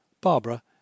Barbara